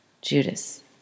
Judas